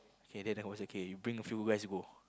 then I was okay bring a few guys go